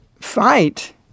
fight